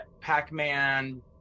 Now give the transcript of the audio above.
Pac-Man